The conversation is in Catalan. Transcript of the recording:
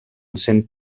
cent